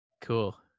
cool